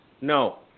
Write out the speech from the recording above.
No